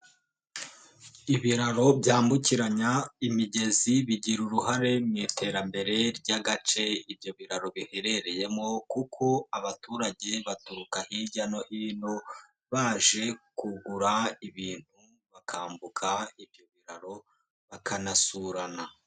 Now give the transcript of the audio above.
Ibiraro byambukiranya imigezi bigira uruhare mu iterambere ry'agace ibyo biraro biherereyemo kuko abaturage baturuka hirya no hino baje kugura ibintu bakambuka ibyo biraro bakanasurana.